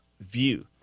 view